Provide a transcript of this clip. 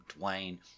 Dwayne